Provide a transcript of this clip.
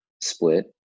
split